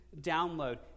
download